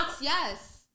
Yes